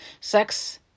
Sex